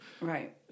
Right